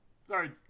Sorry